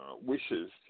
Wishes